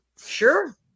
Sure